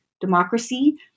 democracy